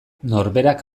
norberak